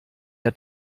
der